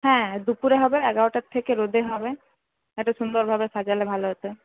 হ্যাঁ দুপুরে হবে এগারোটার থেকে রোদে হবে একটু সুন্দরভাবে সাজালে ভালো হত